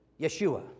Yeshua